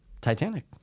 Titanic